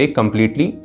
completely